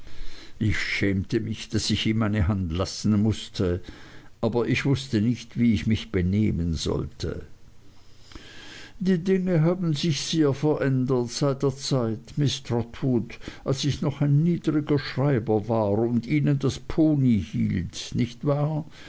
ich schämte mich daß ich ihm meine hand lassen mußte aber ich wußte nicht wie ich mich benehmen sollte die dinge haben sich hier sehr verändert seit der zeit miß trotwood als ich noch ein niedriger schreiber war und ihnen das pony hielt nicht wahr